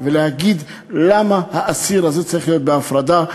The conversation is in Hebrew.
ולהגיד למה האסיר הזה צריך להיות בהפרדה.